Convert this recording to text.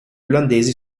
olandesi